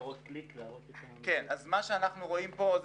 אנחנו רואים את